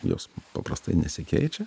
jos paprastai nesikeičia